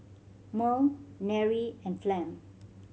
Merl Nery and Flem